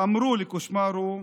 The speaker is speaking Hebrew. אמרו לקושמרו,